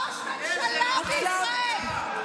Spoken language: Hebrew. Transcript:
ראש ממשלה בישראל.